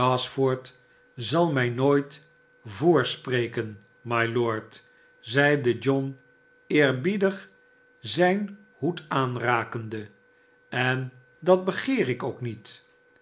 gashford zal mij nooit voorspreken mylord zeide john eerbiedig zijn hoed aanrakende en dat begeer ik ook niet